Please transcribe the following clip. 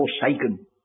forsaken